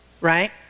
right